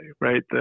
right